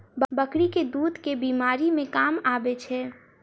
बकरी केँ दुध केँ बीमारी मे काम आबै छै?